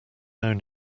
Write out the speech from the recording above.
known